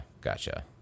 Gotcha